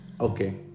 Okay